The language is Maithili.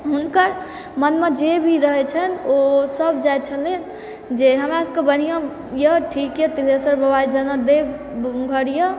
हुनकर मनमे जे भी रहै छनि ओ सब जाइ छलैए जे हमरा सबके बढ़ियाँ यैह ठीक यऽ तिलेश्वर बबा जेना देवघर यऽ